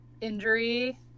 injury